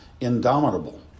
indomitable